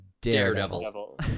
daredevil